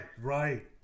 right